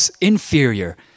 inferior